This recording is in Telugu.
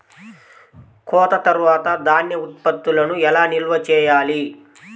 కోత తర్వాత ధాన్య ఉత్పత్తులను ఎలా నిల్వ చేయాలి?